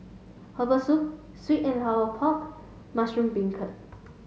herbal soup sweet and hour pork mushroom Beancurd